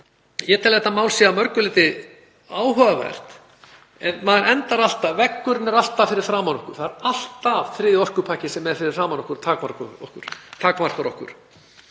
Ég tel að þetta mál sé að mörgu leyti áhugavert. En maður endar alltaf — veggurinn er alltaf fyrir framan okkur. Það er alltaf þriðji orkupakkinn sem er fyrir framan okkur og takmarkar okkur.